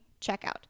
checkout